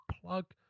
plug